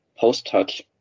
post-touch